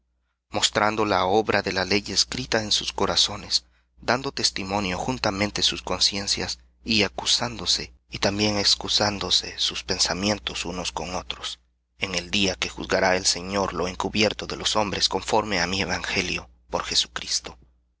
mostrando la obra de la ley escrita en sus corazones dando testimonio juntamente sus conciencias y acusándose y también excusándose sus pensamientos unos con otros en el día que juzgará el señor lo encubierto de los hombres conforme á mi evangelio por jesucristo